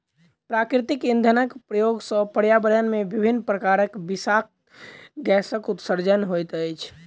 प्राकृतिक इंधनक प्रयोग सॅ पर्यावरण मे विभिन्न प्रकारक विषाक्त गैसक उत्सर्जन होइत अछि